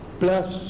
plus